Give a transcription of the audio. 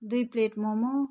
दुई प्लेट मोमो